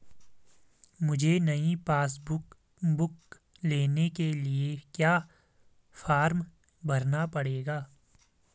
मुझे नयी passbook book लेने के लिए क्या फार्म भरना पड़ेगा?